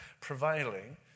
prevailing